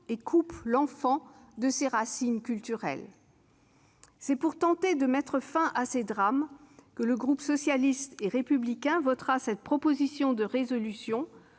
et coupent l'enfant de ses racines culturelles. C'est pour tenter de mettre fin à ces drames que le groupe socialiste et républicain votera cette proposition de résolution,